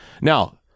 Now